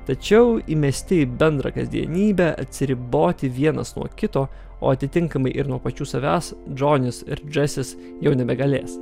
tačiau įmesti į bendrą kasdienybę atsiriboti vienas nuo kito o atitinkamai ir nuo pačių savęs džonis ir džesis jau nebegalės